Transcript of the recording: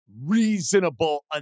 reasonable